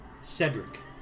Cedric